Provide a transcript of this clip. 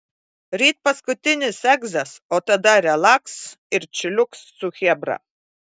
ryt paskutinis egzas o tada relaks ir čiliuks su chebra